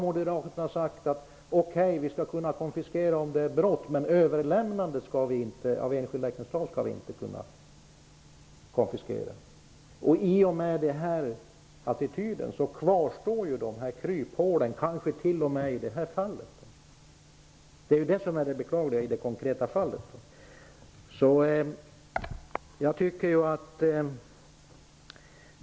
Moderaterna har då sagt att man skall kunna konfiskera materialet om det rör sig om brott, men överlämnande av enstaka exemplar skall inte kriminaliseras. I och med denna attityd kvarstår detta kryphål, som kanske kan utnyttjas t.o.m. i det här fallet. Det är det som är det beklagliga.